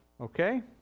Okay